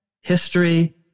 history